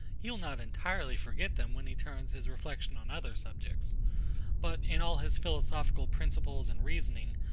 he will not entirely forget them when he turns his reflection on other subjects but in all his philosophical principles and reasoning,